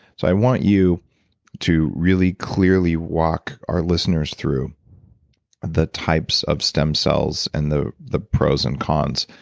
so i want you to really clearly walk our listeners through the types of stem cells and the the pros and cons.